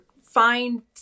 find